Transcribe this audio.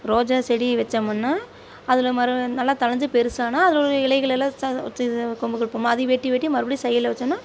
ரோஜா செடி வைச்சோமுன்னா அதில் மரம் வந்து நல்லா தழைஞ்சி பெருசானால் அதில் உள்ள இலைகளெல்லாம் கொம்புகள் வைப்போமா அதையும் வெட்டி வெட்டி மறுபடி சைடுல வைச்சோன்னா